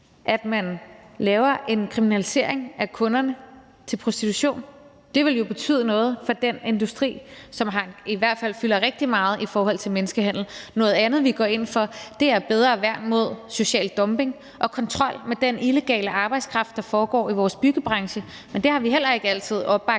at man laver en kriminalisering af kunderne til prostitution. Det ville jo betyde noget for den industri, som i hvert fald fylder rigtig meget i forhold til menneskehandel. Noget andet, vi går ind for, er bedre værn mod social dumping og kontrol med den illegale arbejdskraft, der foregår i vores byggebranche. Men det har vi heller ikke altid opbakning